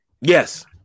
yes